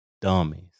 dummies